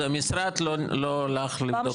המשרד לא הלך לבדוק את זה.